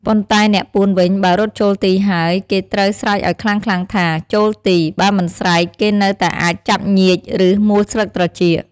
ប៉ុន្តែអ្នកពួនវិញ បើរត់ចូលទីហើយ គេត្រូវស្រែកឱ្យខ្លាំងៗថា "ចូលទី" បើមិនស្រែក គេនៅតែអាចចាប់ញៀច ឬ មួលស្លឹកត្រចៀក។